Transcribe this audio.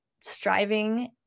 striving